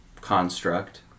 construct